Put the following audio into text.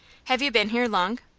have you been here long?